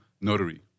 notary